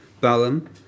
Balaam